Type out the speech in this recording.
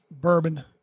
bourbon